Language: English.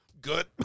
Good